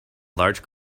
large